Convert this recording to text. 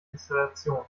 installation